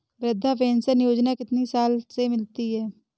वृद्धा पेंशन योजना कितनी साल से मिलती है?